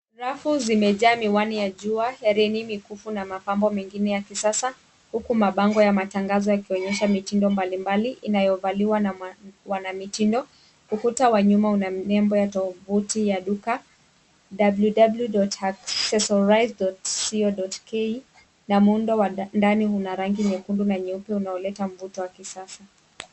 Rafu zimejaa miwani ya jua, herini, mikufu na mapambo mengine ya kisasa huku mabango ya matangazo yakionyesha mitindo mbalimbali inayovaliwa na wanamitindo. Ukuta wa nyuma una nembo ya tovuti ya duka, www.accessorize.co.ke na muundo wa ndani una rangi nyekundu na nyeupe, unaoleta mvuto wa kisasa.